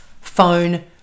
phone